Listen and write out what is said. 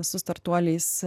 su startuoliais